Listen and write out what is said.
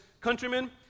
countrymen